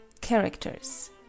Characters